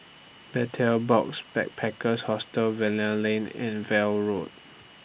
Betel Box Backpackers Hostel Lane and veil Road